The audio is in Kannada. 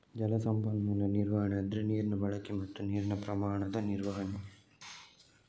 ಜಲ ಸಂಪನ್ಮೂಲ ನಿರ್ವಹಣೆ ಅಂದ್ರೆ ನೀರಿನ ಬಳಕೆ ಮತ್ತೆ ನೀರಿನ ಪ್ರಮಾಣದ ನಿರ್ವಹಣೆ